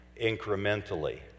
incrementally